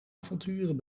avonturen